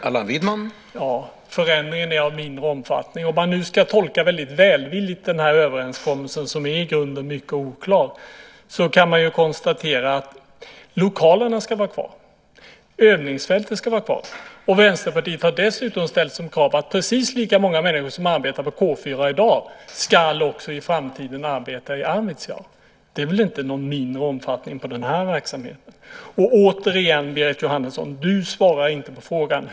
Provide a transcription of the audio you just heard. Herr talman! Förändringen är av mindre omfattning. Om man ska tolka överenskommelsen välvilligt, som i grunden är oklar, kan man konstatera att lokalerna ska vara kvar och övningsfältet ska vara kvar. Vänsterpartiet har dessutom ställt som krav att precis lika många människor som arbetar på K 4 i dag också i framtiden ska arbeta i Arvidsjaur. Det är väl inte någon mindre omfattning på den verksamheten? Berit Jóhannesson svarade inte på frågan.